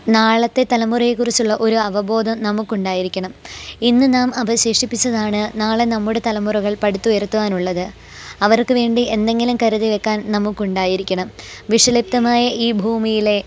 നാളത്തെ തലമുറയെക്കുറിച്ചുള്ള ഒര് അവബോധം നമുക്കുണ്ടായിരിക്കണം ഇന്ന് നാം അവശേഷിപ്പിച്ചതാണ് നാളെ നമ്മുടെ തലമുറകൾ പടുത്തുറത്താനുള്ളത് അവർക്ക് വേണ്ടി എന്തെങ്കിലും കരുതി വെക്കാൻ നമുക്കുണ്ടായിരിക്കണം വിഷലിപ്തമായ ഈ ഭൂമിയിലെ